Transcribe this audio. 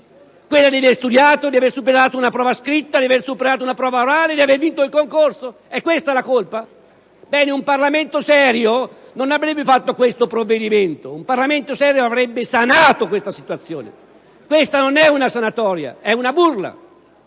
Quella di aver studiato, di aver superato una prova scritta, di aver superato una prova orale e di aver vinto un concorso? È questa una colpa? Ebbene, un Parlamento serio non avrebbe varato questo provvedimento. Un Parlamento serio avrebbe sanato questa situazione. Questa non è una sanatoria, è una burla,